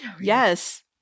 Yes